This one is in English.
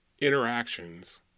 interactions